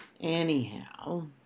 anyhow